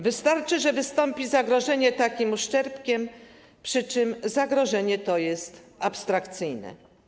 Wystarczy, że wystąpi zagrożenie takim uszczerbkiem, przy czym zagrożenie to jest abstrakcyjne.